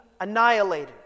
annihilated